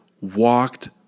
walked